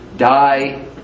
die